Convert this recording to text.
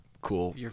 cool